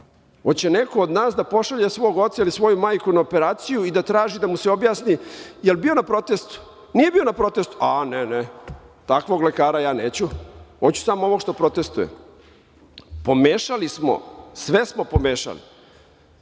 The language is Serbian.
Hoće li neko od nas da pošalje svog oca ili svoju majku na operaciju i da traži da mu se objasni da li je bio na protestu, nije bio na protestu, a ne, ne, takvog lekara ja neću, hoću samo ovog što protestvuje. Pomešali smo, sve smo pomešali.